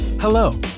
Hello